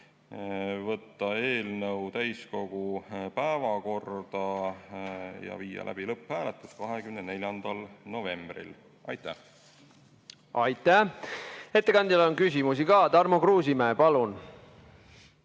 võtta eelnõu täiskogu päevakorda ja viia läbi lõpphääletus 24. novembril. Aitäh! Aitäh! Ettekandjale on küsimusi ka. Tarmo Kruusimäe, palun!